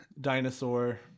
Dinosaur